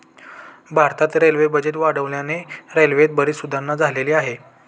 भारतात railway budget वाढल्याने रेल्वेत बरीच सुधारणा झालेली आहे